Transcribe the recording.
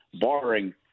barring